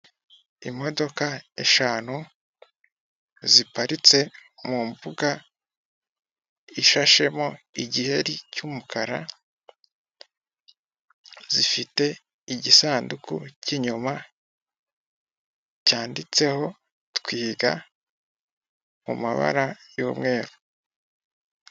Imodoka eshanu ziparitse mu mbuga ishashemo igiheri cya umukara, zifite igisanduku cy'inyuma cyanditseho Twiga mu mabara ya umweru.